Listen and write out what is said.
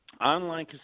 online